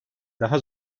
daha